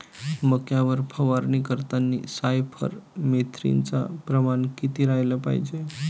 मक्यावर फवारनी करतांनी सायफर मेथ्रीनचं प्रमान किती रायलं पायजे?